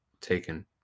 taken